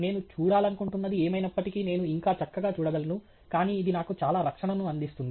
నేను చూడాలనుకుంటున్నది ఏమైనప్పటికీ నేను ఇంకా చక్కగా చూడగలను కాని ఇది నాకు చాలా రక్షణను అందిస్తుంది